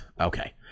Okay